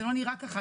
זה לא נראה כך,